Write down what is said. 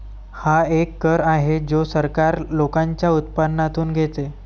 हा एक कर आहे जो सरकार लोकांच्या उत्पन्नातून घेते